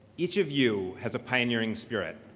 each of you has a pioneering spirit,